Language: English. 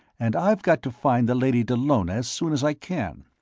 and i've got to find the lady dallona as soon as i can.